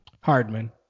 Hardman